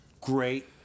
great